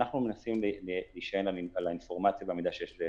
אנחנו מנסים להישען על האינפורמציה והמידע שיש לפנינו,